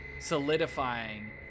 solidifying